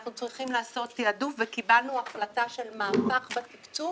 אנחנו צריכים לעשות תעדוף וקיבלנו החלטה של מהפך בתקצוב